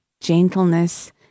gentleness